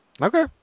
Okay